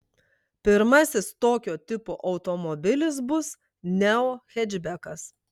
pirmasis tokio tipo automobilis bus neo hečbekas